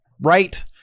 right